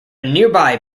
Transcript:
nearby